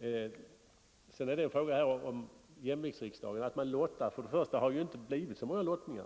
Allmänpolitisk Sedan några ord om detta att man lottar i jämviktsriksdagen. debatt Först och främst har det ju inte blivit så många lottningar.